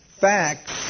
Facts